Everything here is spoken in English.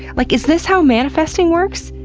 like is this how manifesting works?